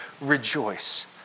rejoice